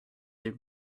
their